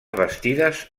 bastides